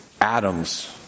atoms